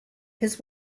his